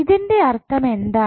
ഇതിൻ്റെ അർത്ഥം എന്താണ്